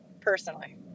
personally